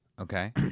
Okay